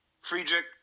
Friedrich